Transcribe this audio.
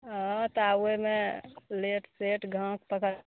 हँ तऽ आब ओइमे लेट सेट गाहक पसन्द